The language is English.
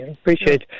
appreciate